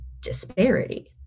disparity